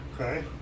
Okay